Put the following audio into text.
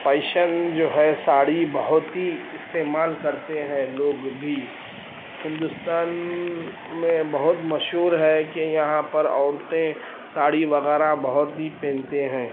fashion جو ہے ساڑی بہت ہی استعمال کرتے ہیں لوگ بھی ہندوستان میں بہت مشہور ہے کہ یہاں پر عورتیں ساڑی وغیرہ بہت ہی پہنتے ہیں